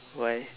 why